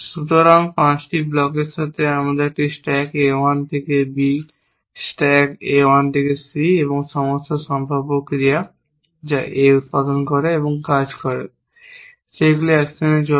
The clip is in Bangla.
সুতরাং এই 5টি ব্লকের সাথে একটি স্ট্যাক A 1 থেকে B স্ট্যাক A 1 থেকে C সমস্ত সম্ভাব্য ক্রিয়া যা A উত্পাদন করে এবং কাজ করে সেগুলি অ্যাকশন চলে